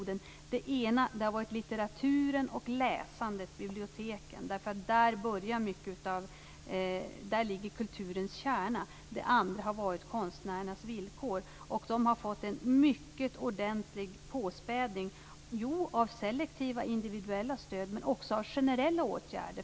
Det ena har varit litteraturen och läsandet, biblioteken. Där ligger kulturens kärna. Det andra har varit konstnärernas villkor. De har fått en mycket ordentlig påspädning av selektiva, individuella stöd men också av generella åtgärder.